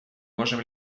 можем